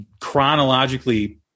chronologically